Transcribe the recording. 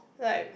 right